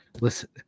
listen